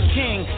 king